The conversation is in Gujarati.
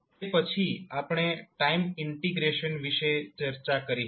તે પછી આપણે ટાઈમ ઇન્ટીગ્રેશન વિશે ચર્ચા કરી હતી